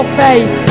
faith